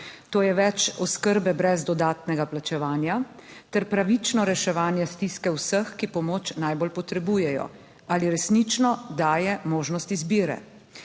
To je več oskrbe brez dodatnega plačevanja ter pravično reševanje stiske vseh, ki pomoč najbolj potrebujejo ali resnično daje možnost izbire.